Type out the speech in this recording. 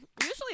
Usually